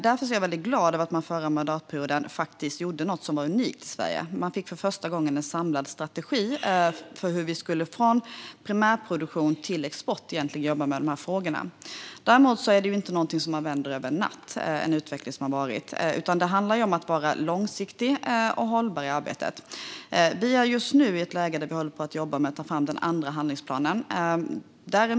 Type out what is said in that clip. Därför är jag väldigt glad över att man under den förra mandatperioden gjorde något unikt i Sverige: Vi fick för första gången en samlad strategi för hur vi ska jobba med dessa frågor, från primärproduktion till export. Däremot vänder man inte en utveckling över en natt, utan det handlar om att vara långsiktig och hållbar i arbetet. Vi är just nu i ett läge där vi håller på och jobbar med att ta fram en andra handlingsplan.